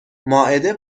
مائده